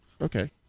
okay